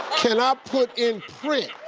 can i put in print